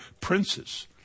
princes